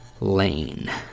lane